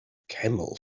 camel